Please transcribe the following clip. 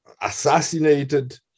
assassinated